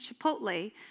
Chipotle